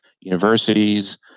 universities